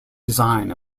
design